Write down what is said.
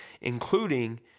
including